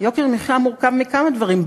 יוקר מחיה מורכב מכמה דברים,